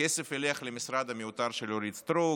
הכסף ילך למשרד המיותר של אורית סטרוק,